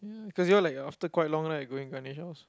cause you all like after quite long right going Ganesh house